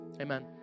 Amen